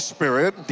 Spirit